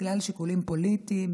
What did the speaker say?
בגלל שיקולים פוליטיים,